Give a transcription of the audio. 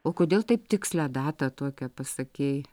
o kodėl taip tikslią datą tokią pasakei